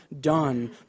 done